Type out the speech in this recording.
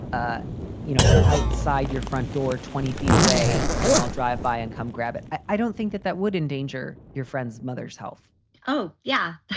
ah you know, outside your front door twenty feet away and i'll drive by and come grab it. i don't think that that would endanger your friend's mother's health oh, yeah.